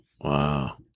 wow